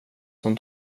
som